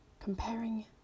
Comparing